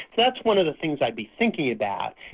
that's one of the things i'd be thinking about.